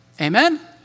Amen